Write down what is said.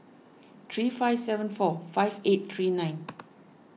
three five seven four five eight three nine